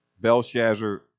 Belshazzar